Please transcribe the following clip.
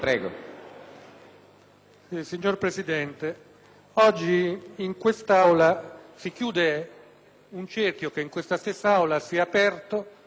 Signor Presidente, oggi in quest'Aula si chiude un cerchio che in questa stessa Aula si è aperto dopo